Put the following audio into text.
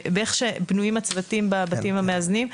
באיך שבנויים הצוותים בבתים המאזנים.